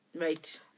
right